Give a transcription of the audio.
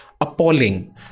appalling